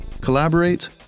Collaborate